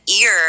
ear